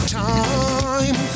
time